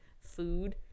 food